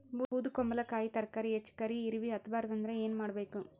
ಬೊದಕುಂಬಲಕಾಯಿ ತರಕಾರಿ ಹೆಚ್ಚ ಕರಿ ಇರವಿಹತ ಬಾರದು ಅಂದರ ಏನ ಮಾಡಬೇಕು?